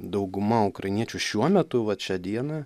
dauguma ukrainiečių šiuo metu vat šią dieną